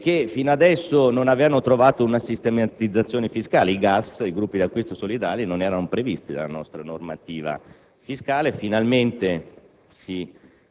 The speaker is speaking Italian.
che fino ad ora non avevano trovato una sistematizzazione fiscale. I gruppi di acquisto solidale non erano previsti dalla nostra normativa fiscale e finalmente